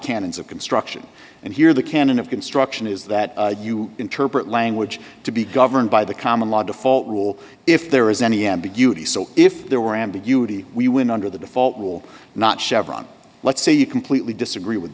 canons of construction and here the canon of construction is that you interpret language to be governed by the common law default rule if there is any ambiguity so if there were ambiguity we would under the default will not chevron let's say you completely disagree with